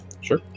Sure